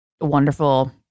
wonderful